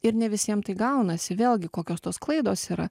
ir ne visiem tai gaunasi vėlgi kokios tos klaidos yra